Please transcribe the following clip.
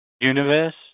universe